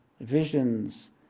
visions